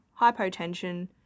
hypotension